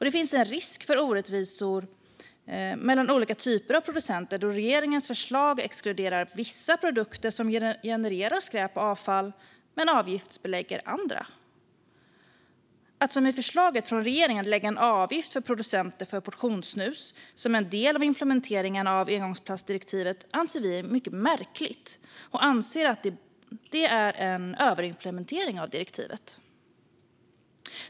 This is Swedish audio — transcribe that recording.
Det finns även en risk för orättvisor mellan olika typer av producenter, då regeringens förslag exkluderar vissa produkter som genererar skräp och avfall men avgiftsbelägger andra. Att som i förslaget från regeringen lägga på en avgift för producenter av portionssnus som en del av implementeringen av engångsplastdirektivet anser vi vara mycket märkligt. Vi anser att det är en överimplementering av direktivet.